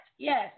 Yes